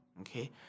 okay